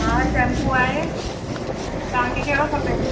हा शैंपू आहे तव्हांखे कहिड़ो खपे